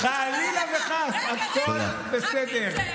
חלילה וחס, הכול בסדר.